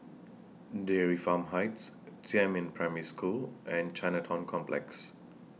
Dairy Farm Heights Jiemin Primary School and Chinatown Complex